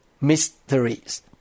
mysteries